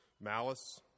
malice